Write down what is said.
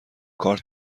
کارت